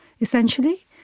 Essentially